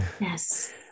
Yes